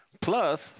plus